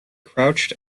crouched